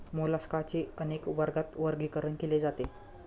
मोलास्काचे अनेक वर्गात वर्गीकरण केले जाते